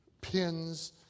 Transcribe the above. pins